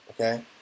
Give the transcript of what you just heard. okay